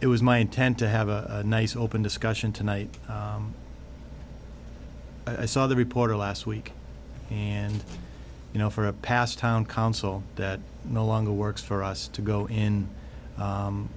it was my intent to have a nice open discussion tonight i saw the reporter last week and you know for a pass town council that no longer works for us to go in